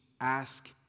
ask